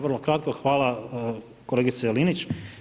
Vrlo kratko, hvala kolegice Linić.